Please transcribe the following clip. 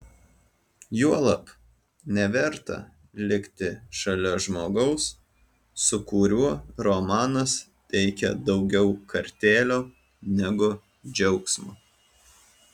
juolab neverta likti šalia žmogaus su kuriuo romanas teikia daugiau kartėlio negu džiaugsmo